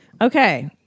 Okay